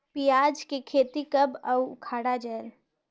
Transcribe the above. पियाज के खेती कब अउ उखाड़ा जायेल?